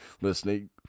listening